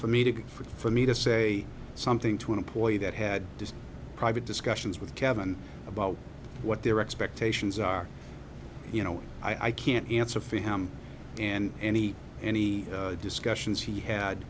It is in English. for me to get for me to say something to an employee that had private discussions with kevan about what their expectations are you know i can't answer for him and any any discussions he had